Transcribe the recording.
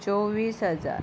चोव्वीस हजार